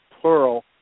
plural